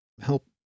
help